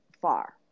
far